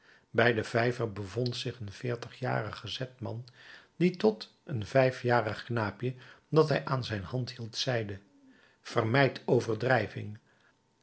bij den vijver bevond zich een veertigjarig gezet man die tot een vijfjarig knaapje dat hij aan de hand hield zeide vermijd overdrijving